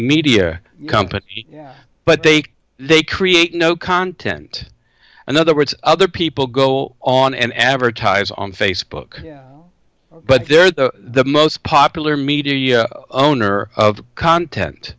media company but they they create no content and other words other people go on and advertise on facebook but they're the most popular media yeah owner of content